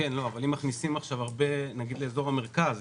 אם יכניסו לתל אביב